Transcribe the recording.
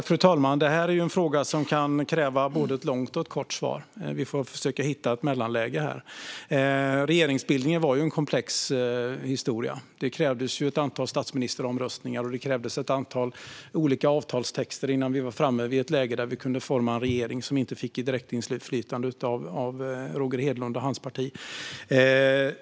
Fru talman! Det här är en fråga som kan kräva både ett långt och ett kort svar. Vi får försöka hitta ett mellanläge. Regeringsbildningen var en komplex historia. Det krävdes ett antal statsministeromröstningar, och det krävdes ett antal olika avtalstexter innan vi var framme vid ett läge där vi kunde forma en regering som inte Roger Hedlund och hans parti fick direkt inflytande på.